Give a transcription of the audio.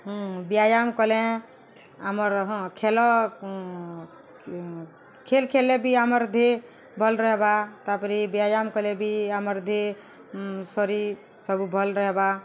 ହଁ ବ୍ୟାୟାମ୍ କଲେ ଆମର୍ ହଁ ଖେଲ ଖେଲ୍ ଖେଲ୍ଲେ ବି ଆମର୍ ଦେହେ ଭଲ୍ ରହେବା ତାପରେ ବ୍ୟାୟାମ୍ କଲେ ବି ଆମର୍ ଦେହେ ଶରୀର୍ ସବୁ ଭଲ୍ ରହେବା